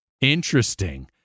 Interesting